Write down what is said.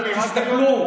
אבל תסתכלו,